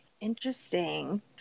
interesting